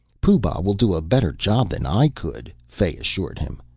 pooh-bah will do a better job than i could, fay assured him.